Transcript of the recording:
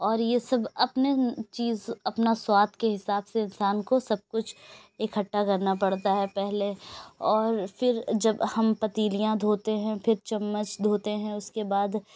اور یہ سب اپنے چیز اپنا سواد کے حساب سے انسان کو سب کچھ اکٹھا کرنا پڑتا ہے پہلے اور پھر جب ہم پتیلیاں دھوتے ہیں پھر چمچ دھوتے ہیں اس کے بعد